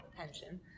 attention